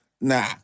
nah